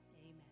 Amen